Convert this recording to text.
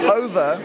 over